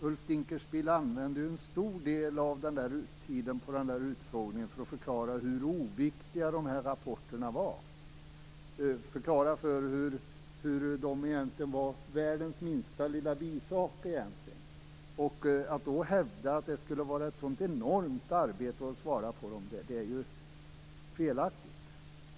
Ulf Dinkelspiel använde en stor del av tiden under utfrågningen för att förklara hur oviktiga dessa rapporter var. Egentligen var de världens minsta lilla bisak, enligt honom. Att då hävda att det skulle innebära ett så enormt arbete att svara på dem är felaktigt.